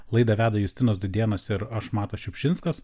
laidą veda justinas dudėnas ir aš matas šiupšinskas